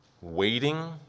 waiting